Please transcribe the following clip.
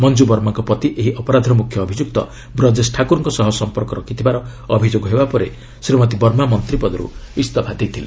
ମଞ୍ଜୁ ବର୍ମାଙ୍କ ପତି ଏହି ଅପରାଧର ମୁଖ୍ୟ ଅଭିଯୁକ୍ତ ବ୍ରଜେସ ଠାକୁରଙ୍କ ସହ ସମ୍ପର୍କ ରଖିଥିବାର ଅଭିଯୋଗ ହେବା ପରେ ଶ୍ରୀମତୀ ବର୍ମା ମନ୍ତ୍ରୀପଦରୁ ଇସ୍ତଫା ଦେଇଥିଲେ